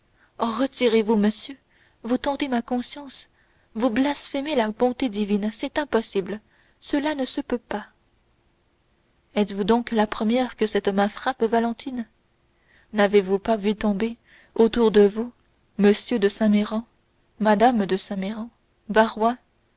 oh retirez-vous monsieur vous tentez ma conscience vous blasphémez la bonté divine c'est impossible cela ne se peut pas êtes-vous donc la première que cette main frappe valentine n'avez-vous pas vu tomber autour de vous m de saint méran mme de saint méran barrois